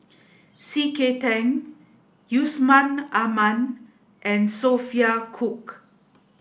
C K Tang Yusman Aman and Sophia Cooke